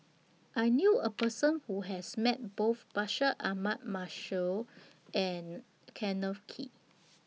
I knew A Person Who has Met Both Bashir Ahmad Mallal and Kenneth Kee